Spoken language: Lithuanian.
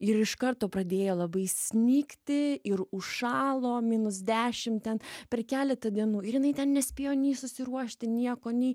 ir iš karto pradėjo labai snigti ir užšalo minus dešim ten per keletą dienų ir jinai ten nespėjo nei susiruošti nieko nei